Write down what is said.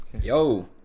Yo